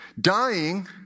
dying